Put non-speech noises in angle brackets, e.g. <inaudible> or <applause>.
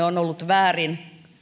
<unintelligible> on mielestämme ollut väärin